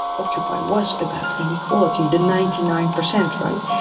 occupy was about inequality, the ninety nine percent, right.